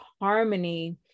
harmony